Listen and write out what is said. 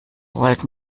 wollt